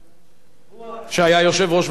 שהיה יושב-ראש ועדת הפנים של הכנסת